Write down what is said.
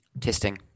Testing